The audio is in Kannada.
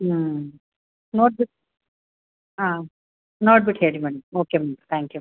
ಹ್ಞೂ ನೋಡ್ಬಿಟ್ಟು ಹಾಂ ನೋಡ್ಬಿಟ್ಟು ಹೇಳಿ madam okay ma'am thank you